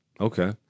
okay